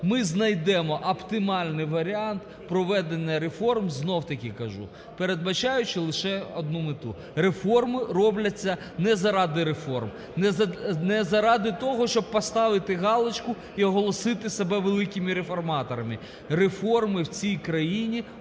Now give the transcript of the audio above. ми знайдемо оптимальний варіант проведення реформ, знов-таки кажу, передбачаючи лише одну мету: реформи робляться не заради реформ, не заради того, щоб поставити галочку і оголосити себе великими реформаторами, реформи в цій країні